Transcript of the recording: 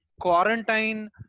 Quarantine